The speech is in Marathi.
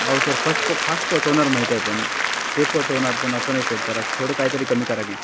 अहो सर फस्ट प फास्ट पोचवणार माहीत आहे पण सेफ पोचवणार पण असं नाही सर जरा थोडं कायतरी कमी करा की